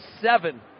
seven